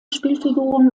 spielfiguren